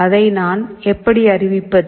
அதை நான் எப்படி அறிவிப்பது